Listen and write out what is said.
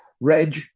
Reg